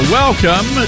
welcome